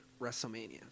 WrestleMania